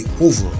over